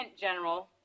General